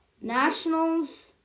Nationals